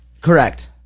Correct